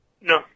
No